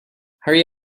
hurry